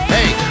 Hey